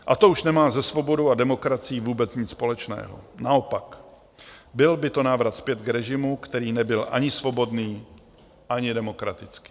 A to už nemá se svobodou a demokracií vůbec nic společného, naopak, byl by to návrat zpět k režimu, který nebyl ani svobodný, ani demokratický.